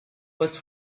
was